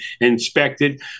inspected